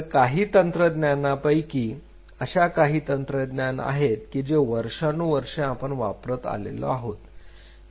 तर काही तंत्रज्ञानापैकी अशा काही तंत्रज्ञान आहेत की जे वर्षानुवर्षे आपण वापरत आलेलो आहोत